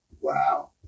wow